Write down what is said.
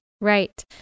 Right